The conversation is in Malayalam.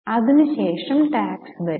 അതിനു ശേഷം ടാക്സ് ഭാഗം വരും